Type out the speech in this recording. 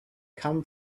come